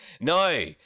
no